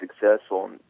successful